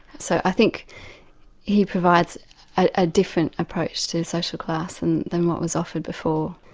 so i think he provides a different approach to the social class, and than what was offered before.